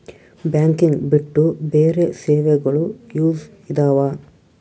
Banking ಬಿಟ್ಟು ಬೇರೆ ಸೇವೆಗಳು ಯೂಸ್ ಇದಾವ?